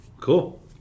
Cool